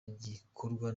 gikorwa